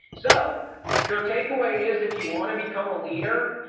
so your takeaway is if you want to become a leader,